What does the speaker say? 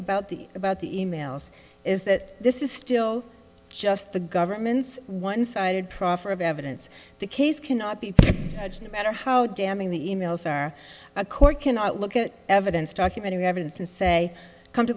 about the about the e mails is that this is still just the government's one sided proffer of evidence the case cannot be no matter how damning the e mails are a court cannot look at evidence documentary evidence and say come to